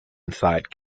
inside